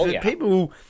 people